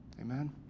Amen